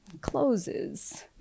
closes